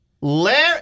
Larry